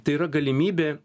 tai yra galimybė